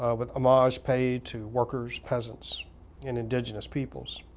ah with homage paid to workers peasants and indigenous peoples.